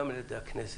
גם על ידי הכנסת,